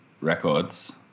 records